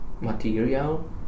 material